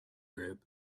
group